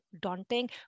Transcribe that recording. daunting